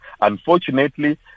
Unfortunately